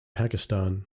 pakistan